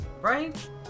right